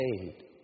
paid